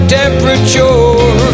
temperature